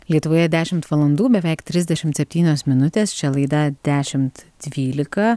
lietuvoje dešimt valandų beveik trisdešimt septynios minutės čia laida dešimt dvylika